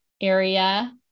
area